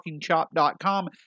TalkingChop.com